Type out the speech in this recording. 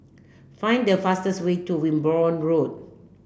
find the fastest way to Wimborne Road